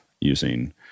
using